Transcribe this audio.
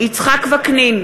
יצחק וקנין,